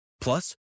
Plus